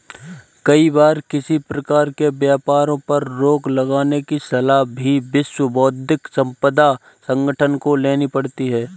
कई बार किसी प्रकार के व्यापारों पर रोक लगाने की सलाह भी विश्व बौद्धिक संपदा संगठन को लेनी पड़ती है